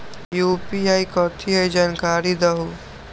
UPI कथी है? जानकारी दहु